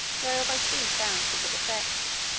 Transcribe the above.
whereof i soon found the good effects.